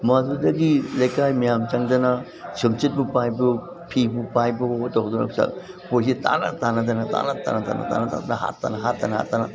ꯃꯗꯨꯗꯒꯤ ꯂꯩꯀꯥꯏ ꯃꯌꯥꯝ ꯆꯪꯗꯅ ꯁꯨꯝꯆꯤꯠꯄꯨ ꯄꯥꯏꯕꯑꯣ ꯐꯤꯕꯨ ꯄꯥꯏꯕꯑꯣ ꯇꯧꯗꯅ ꯉꯁꯥꯏ ꯈꯣꯏꯁꯤ ꯇꯥꯟꯅ ꯇꯥꯟꯅꯗꯅ ꯇꯥꯟꯅ ꯇꯥꯟꯅꯗꯅ ꯇꯥꯟꯅ ꯇꯥꯟꯗꯅ ꯍꯥꯠꯇꯅ ꯍꯥꯠꯇꯅ ꯍꯥꯠꯇꯅ